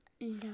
No